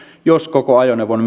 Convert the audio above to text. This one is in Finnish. jos koko ajoneuvon